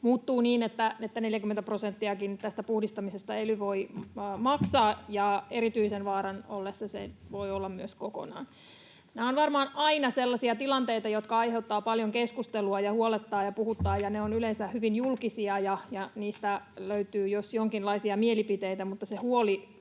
muuttuu niin, että 40 prosenttiakin puhdistamisesta ely voi maksaa, ja erityisen vaaran ollessa se voi olla myös kokonaan. Ne ovat varmaan aina sellaisia tilanteita, jotka aiheuttavat paljon keskustelua ja huolettavat ja puhuttavat, ja ne ovat yleensä hyvin julkisia ja niistä löytyy jos jonkinlaisia mielipiteitä, mutta niillä